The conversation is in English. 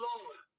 Lord